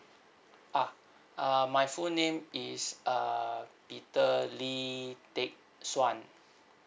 ah uh my full name is err peter lee teck suan